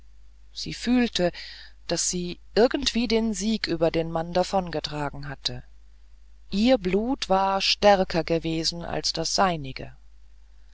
sie fühlte daß sie irgendwie den sieg über den mann davongetragen hatte ihr blut war stärker gewesen als das seinige